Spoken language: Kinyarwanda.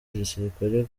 igisirikare